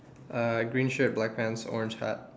uh green shirt black pants orange hat